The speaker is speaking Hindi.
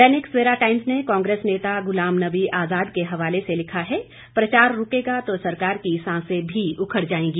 दैनिक सवेरा टाइम्स ने पूर्व केंद्रीय मंत्री गुलाम नबी आजाद के हवाले से लिखा है प्रचार रूकेगा तो सरकार की सांसें भी उखड़ जाएगी